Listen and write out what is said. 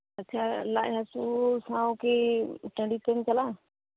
ᱟᱪᱪᱷᱟ ᱞᱟᱪ ᱦᱟᱹᱥᱩ ᱛᱮᱦᱚᱸ ᱠᱤ ᱴᱟᱸᱹᱰᱤ ᱛᱮᱢ ᱪᱟᱞᱟᱜᱼᱟ